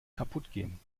kaputtgehen